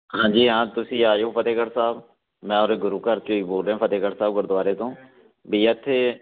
ਹਾਂਜੀ ਹਾਂ ਤੁਸੀਂ ਆ ਜਿਓ ਫਤਿਹਗੜ੍ਹ ਸਾਹਿਬ ਮੈਂ ਉਰੇ ਗੁਰੂ ਘਰ 'ਚੋਂ ਹੀ ਬੋਲ ਰਿਹਾਂ ਫਤਿਹਗੜ੍ਹ ਸਾਹਿਬ ਗੁਰਦੁਆਰੇ ਤੋਂ ਵੀ ਇੱਥੇ